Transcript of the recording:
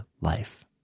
life